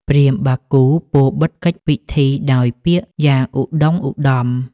ព្រាហ្មណ៍បាគូពោលបិទកិច្ចពិធីដោយពាក្យយ៉ាងឧត្តុង្គឧត្តម។